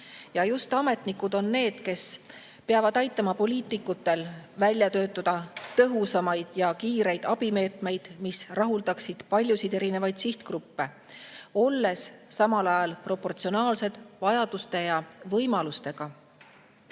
Just ametnikud on need, kes peavad aitama poliitikutel välja töötada tõhusaid ja kiireid abimeetmeid, mis rahuldaksid paljusid erinevaid sihtgruppe, olles samal ajal proportsionaalsed vajaduste ja võimalustega.